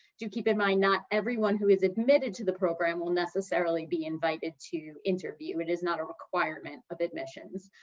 do keep in mind, not everyone who is admitted to the program will necessarily be invited to interview. it is not a requirement of admissions.